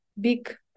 big